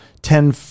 ten